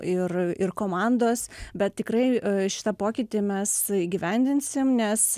ir ir komandos bet tikrai šitą pokytį mes įgyvendinsim nes